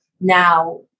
now